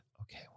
okay